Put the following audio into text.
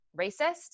racist